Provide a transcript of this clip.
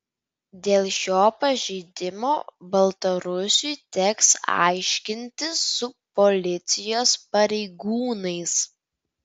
dėl šio pažeidimo baltarusiui teks aiškintis su policijos pareigūnais